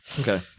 Okay